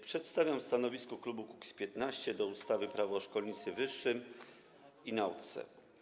Przedstawiam stanowisko klubu Kukiz’15 wobec ustawy Prawo o szkolnictwie wyższym i nauce.